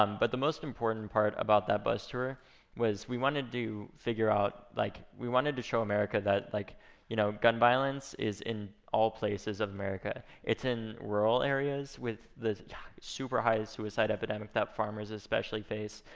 um but the most important part about that bus tour was we wanted to figure out, like we wanted to show america that like you know gun violence is in all places of america. it's in rural areas with the super highest suicide epidemic that farmers especially face.